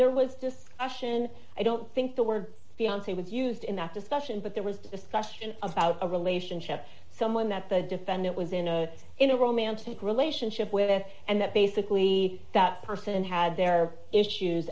there was discussion i don't think the word fiance was used in that discussion but there was discussion about a relationship someone that the defendant was in a in a romantic relationship with and that basically that person had their issues